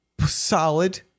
Solid